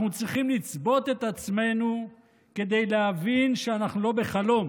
אנחנו צריכים לצבוט את עצמנו כדי להבין שאנחנו לא בחלום